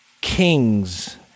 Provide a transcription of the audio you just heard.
kings